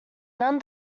none